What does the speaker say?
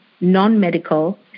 non-medical